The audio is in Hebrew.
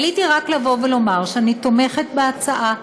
עליתי רק לומר שאני תומכת בהצעה.